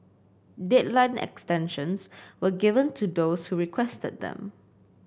deadline extensions were given to those who requested them